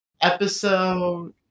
episode